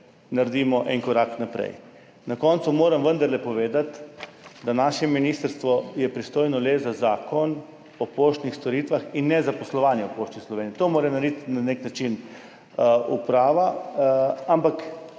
naredimo en korak naprej. Na koncu moram povedati, da je naše ministrstvo pristojno le za Zakon o poštnih storitvah in ne za poslovanje o Pošti Slovenije. To mora narediti na nek način uprava, ampak